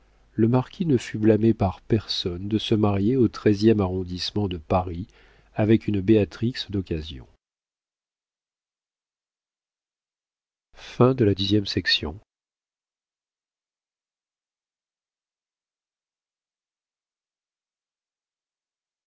le marquis ne fut blâmé par personne de se marier au treizième arrondissement de paris avec une béatrix d'occasion